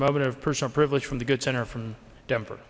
moment of personal privilege from the good senator from denver